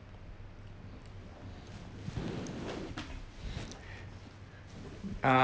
uh